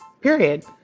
period